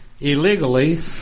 illegally—